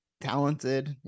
talented